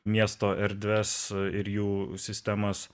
miesto erdves ir jų sistemas